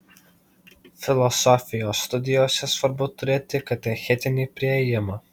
filosofijos studijose svarbu turėti katechetinį priėjimą